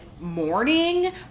morning